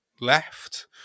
left